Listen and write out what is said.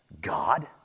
God